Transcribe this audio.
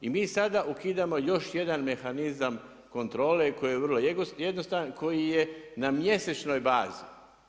I sada ukidamo još jedan mehanizam kontrole koji je vrlo jednostavan koji je na mjesečnoj bazi.